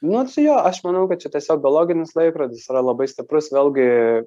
nu tai jo aš manau kad čia tiesiog biologinis laikrodis yra labai stiprus vėlgi